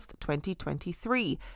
2023